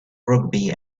rugby